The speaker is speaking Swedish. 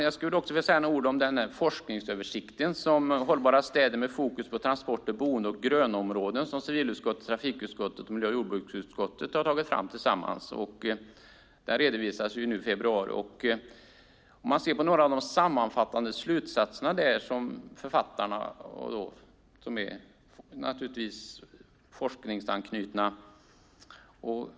Jag skulle också vilja säga några ord om forskningsöversikten Hållbara städer - med fokus på transporter, boende och grönområden som civilutskottet, trafikutskottet och miljö och jordbruksutskottet tillsammans har tagit fram och som redovisades i februari. Man kan se på några av de sammanfattande slutsatserna där från författarna som naturligtvis är forskningsanknutna.